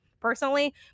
personally